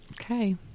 Okay